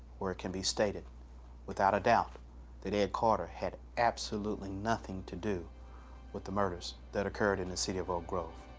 where it can be stated without a doubt that ed carter had absolutely nothing to do with the murders that occurred in the city of oak grove.